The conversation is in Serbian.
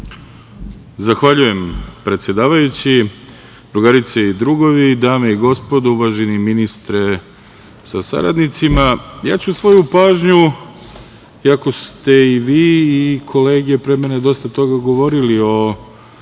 Zahvaljujem predsedavajući. Drugarice i drugovi, dame i gospodo, uvaženi ministre sa saradnicima, ja ću svoju pažnju, iako ste i vi i kolege pre mene dosta toga govorili o